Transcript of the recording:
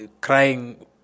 crying